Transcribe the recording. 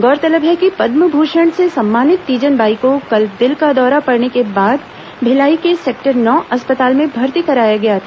गौरतलब है कि पद्म भूषण से सम्मानित तीजन बाई को कल दिल का दौरा पड़ने के बाद भिलाई के सेक्टर नौ अस्पताल में भर्ती कराया गया था